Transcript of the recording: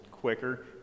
quicker